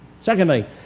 Secondly